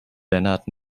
lennart